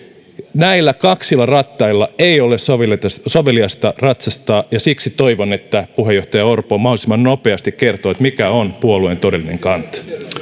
näillä kaksilla rattailla ei ole soveliasta ratsastaa ja siksi toivon että puheenjohtaja orpo mahdollisimman nopeasti kertoo mikä on puolueen todellinen kanta